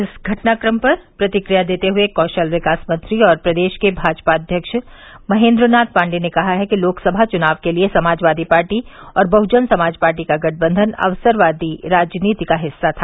इस घटनाक्रम पर प्रतिक्रिया देते हए कौशल विकास मंत्री और प्रदेश के भाजपा अध्यक्ष महेन्द्रनाथ पांडेय ने कहा है कि लोकसभा चुनाव के लिए समाजवादी पार्टी और बहुजन समाज पार्टी का गठबंधन अवसरवादी राजनीति का हिस्सा था